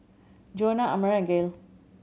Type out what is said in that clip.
Joana Amare Gail